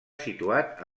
situat